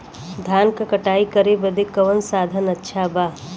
धान क कटाई करे बदे कवन साधन अच्छा बा?